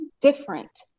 different